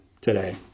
today